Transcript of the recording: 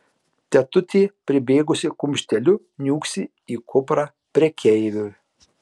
tetutė pribėgusi kumšteliu niūksi į kuprą prekeiviui